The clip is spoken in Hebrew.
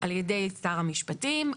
על ידי שר המשפטים.